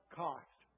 cost